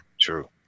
true